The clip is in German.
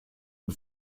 und